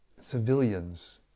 civilians